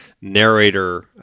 narrator